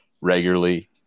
regularly